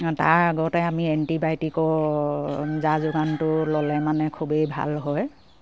তাৰ আগতে আমি এণ্টিবায়'টিকৰ যা যোগানটো ল'লে মানে খুবেই ভাল হয়